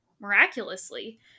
Miraculously